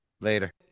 Later